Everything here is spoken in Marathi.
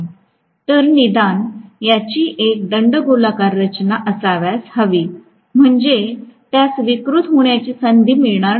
तर निदान याची एक दंडगोलाकार रचना असावयास हवीम्हणजे त्यास विकृत होण्याची अधिक संधी मिळणार नाही